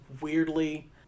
weirdly